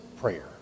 prayer